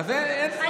אז אין בעיה.